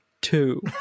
Two